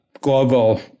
global